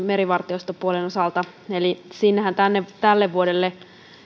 merivartiostopuolelle sinnehän tälle vuodelle